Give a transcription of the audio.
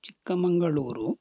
Chikkamagaluru